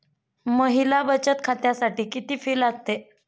महिला बचत खात्यासाठी किती फी लागते?